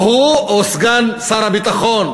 הוא או סגן שר הביטחון,